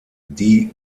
die